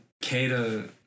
cater